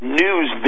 news